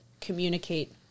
communicate